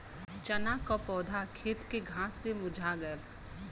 चन्ना क पौधा खेत के घास से मुरझा गयल